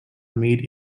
made